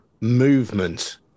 movement